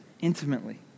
intimately